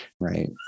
right